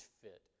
fit